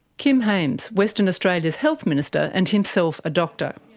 kim hames, western australia's health minister, and himself a doctor.